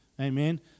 Amen